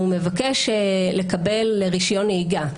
שהוא מבקש לקבל רישיון נהיגה,